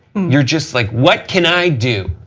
you are just like, what can i do,